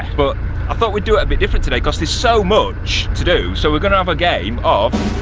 but i thought we'd do it a bit different today, because there's so much to do, so we're gonna have a game of,